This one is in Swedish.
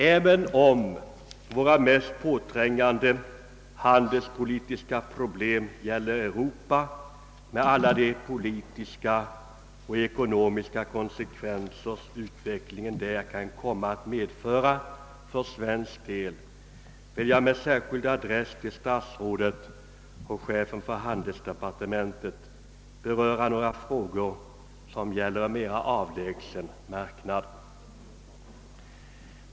Även om våra mest påträngande handelspolitiska problem gäller Europa med alla de politiska och ekonomiska konsekvenser utvecklingen där kan komma att medföra för svensk del, vill jag i dag med särskild adress till statsrådet och chefen för handelsdepartementet beröra några frågor, som gäller en mera avlägsen marknad.